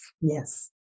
Yes